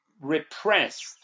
repressed